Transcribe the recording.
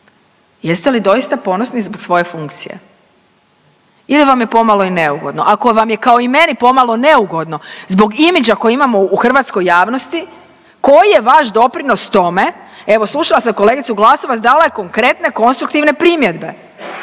Jeste li doista ponosni zbog svoje funkcije ili vam je pomalo i neugodno? Ako vam je kao i meni pomalo neugodno zbog imidža koji imamo u hrvatskoj javnosti, koji je vaš doprinos tome, evo slušala sam kolegicu Glasovac, dala je konkretne konstruktivne primjedbe,